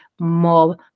more